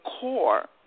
core